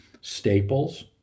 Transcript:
staples